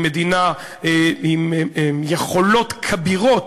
היא מדינה עם יכולות כבירות,